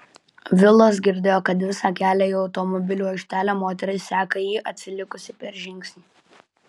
vilas girdėjo kad visą kelią į automobilių aikštelę moteris seka jį atsilikusi per žingsnį